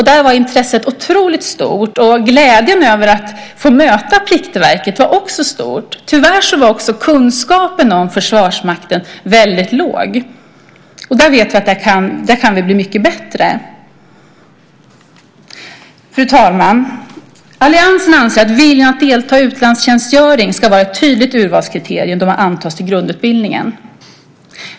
Intresset var otroligt stort. Glädjen över att få möta Pliktverket var också stor. Tyvärr var kunskapen om Försvarsmakten väldigt liten. Där kan vi, vet vi, bli mycket bättre. Fru talman! Alliansen anser att viljan att delta i utlandstjänstgöring ska vara ett tydligt urvalskriterium då man antas till grundutbildningen.